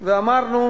ואמרנו